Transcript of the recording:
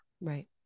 Right